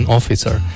Officer